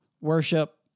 worship